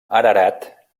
ararat